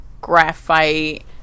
Graphite